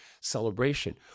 celebration